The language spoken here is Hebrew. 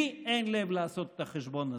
לי אין לב לעשות את החשבון הזה,